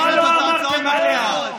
מה לא אמרתם עליה?